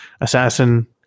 assassin